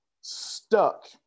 stuck